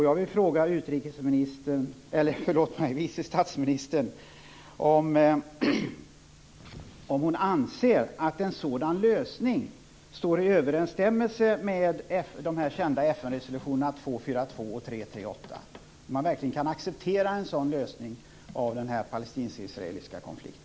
Jag vill fråga vice statsministern om hon anser att en sådan lösning står i överensstämmelse med de kända FN-resolutionerna 242 och 338, om man verkligen kan acceptera en sådan lösning av den palestinsk-israeliska konflikten.